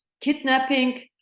kidnapping